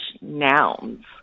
nouns